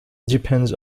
depends